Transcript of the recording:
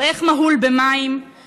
מפקירים ילדים לחיי